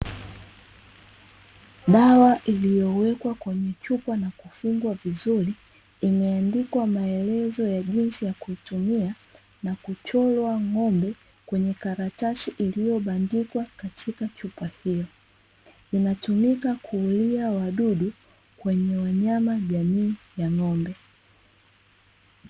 Dawa iliyowekwa kwenye chupa na kufungwa vizuri imeandikwa maelezo ya jinsi ya kuitumia na kuchorwa ng'ombe kwenye karatasi iliyobandikwa katika chupa hio, inatumika kuulia wadudu kwenye wanyama jamii ya ng'ombe.